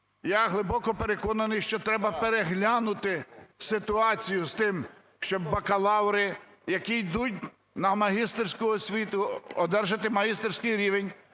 Я глибоко переконаний, що треба переглянути ситуацію з тим, щоб бакалаври, які йдуть на магістерську освіту одержати магістерський рівень